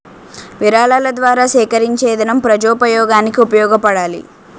విరాళాల ద్వారా సేకరించేదనం ప్రజోపయోగానికి ఉపయోగపడాలి